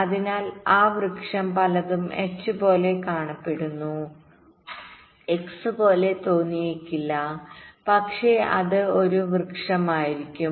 അതിനാൽ ആ വൃക്ഷം പലതും H പോലെ കാണപ്പെടുന്നു X പോലെ തോന്നിയേക്കില്ല പക്ഷേ അത് ഒരു ട്രീ ആയിരിക്കും